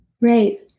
Right